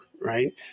Right